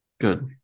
good